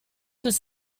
was